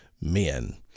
men